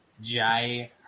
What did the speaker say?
Jai